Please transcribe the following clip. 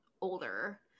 older